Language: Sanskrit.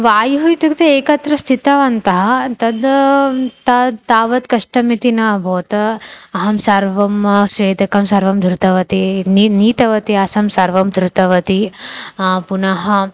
वायुः इत्युक्ते एकत्र स्थितवन्तः तद् तद् तावत् कष्टम् इति न अभवत् अहं सर्वं स्वेदकं सर्वं धृतवती नि नीतवती आसं सर्वं धृतवती पुनः